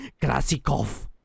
Krasikov